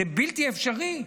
זה בלתי אפשרי.